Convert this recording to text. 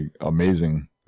amazing